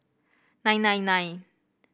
nine nine nine